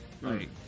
Right